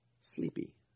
sleepy